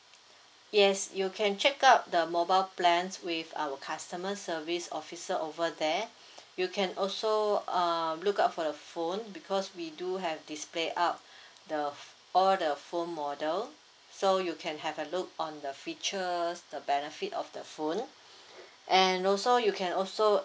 yes you can check out the mobile plans with our customer service officer over there you can also uh look up for the phone because we do have display out the ph~ all the phone model so you can have a look on the features the benefit of the phone and also you can also